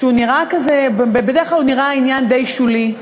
שהוא נראה כזה, בדרך כלל הוא נראה עניין די שולי,